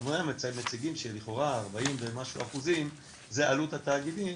אומנם מציגים שלכאורה 40 ומשהו אחוזים זה עלות התאגידים,